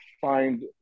find